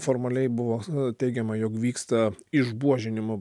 formaliai buvo teigiama jog vyksta išbuožinimo